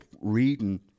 reading